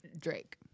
Drake